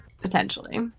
Potentially